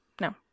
no